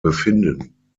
befinden